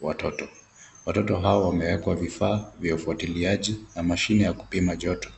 watoto. Watoto hawa wamewekwa vifaa vya ufuatiliaji na mashine ya kupima joto.